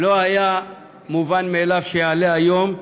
לא היה מובן מאליו שיעלה היום,